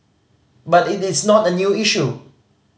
but it is not a new issue